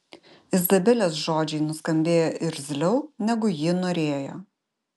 izabelės žodžiai nuskambėjo irzliau negu ji norėjo